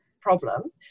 problem